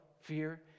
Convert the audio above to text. fear